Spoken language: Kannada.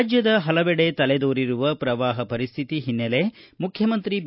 ರಾಜ್ಯದ ಪಲವೆಡೆ ತಲೆದೋರಿರುವ ಪ್ರವಾಹ ಪರಿಸ್ಹಿತಿ ಹಿನ್ನೆಲೆ ಮುಖ್ಯಮಂತ್ರಿ ಬಿ